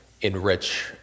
enrich